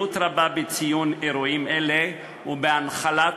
חשיבות רבה בציון אירועים אלה ובהנחלת